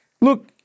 Look